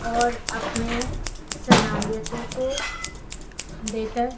اور اپنے صلاحیتیں کو بہتر